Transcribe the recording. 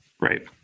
Right